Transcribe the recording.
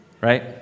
right